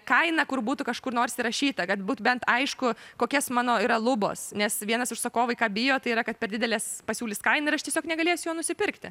kainą kur būtų kažkur nors įrašyta kad būtų bent aišku kokias mano yra lubos nes vienas užsakovai ką bijo tai yra kad per dideles pasiūlys kainą ir aš tiesiog negalėsiu jo nusipirkti